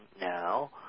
now